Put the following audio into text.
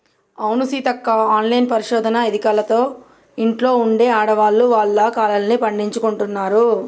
అవును సీతక్క ఆన్లైన్ పరిశోధన ఎదికలతో ఇంట్లో ఉండే ఆడవాళ్లు వాళ్ల కలల్ని పండించుకుంటున్నారు